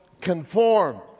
conform